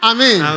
Amen